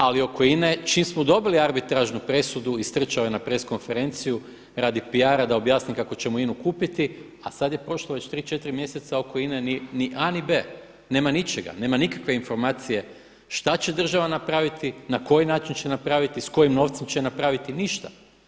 Ali oko INA-e čim smo dobili arbitražnu presudu istrčao je na press konferenciju radi PR-a da objasni kako ćemo INA-u kupiti a sada je prošlo već 3, 4 mjeseca oko INA-e ni A ni B, nema ničega, nema nikakve informacije šta će država napraviti, na koji način će napraviti, s kojim novcem će napraviti, ništa.